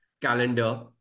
calendar